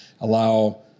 allow –